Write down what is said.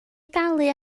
dalu